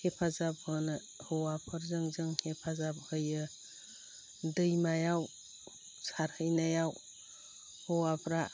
हेफाजाब होनो हौवाफोरजों जों हेफाजाब होयो दैमायाव सारहैनायाव हौवाफ्रा